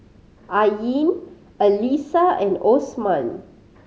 Ain Alyssa and Osman